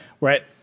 Right